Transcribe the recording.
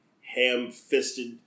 ham-fisted